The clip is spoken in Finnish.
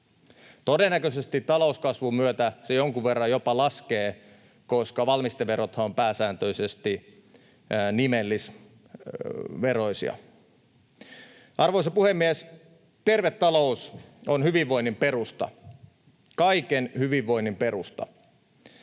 Todennäköisesti talouskasvun myötä se jonkun verran jopa laskee, koska valmisteverothan ovat pääsääntöisesti nimellisveroisia. Arvoisa puhemies! Terve talous on hyvinvoinnin perusta, kaiken hyvinvoinnin perusta,